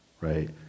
right